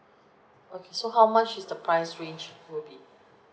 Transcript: okay so how much is the price range will be